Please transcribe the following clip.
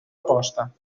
aposta